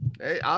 Hey